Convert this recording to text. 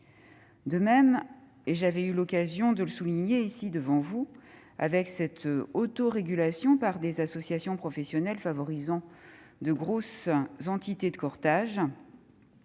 De même, et j'avais déjà eu l'occasion de le souligner ici devant vous, cette autorégulation par des associations professionnelles favorisant de grosses entités de courtage